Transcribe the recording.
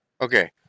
Okay